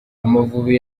amavubi